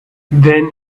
then